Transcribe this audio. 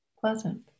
pleasant